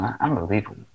unbelievable